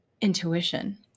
intuition